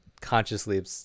consciously